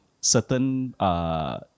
certain